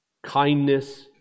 kindness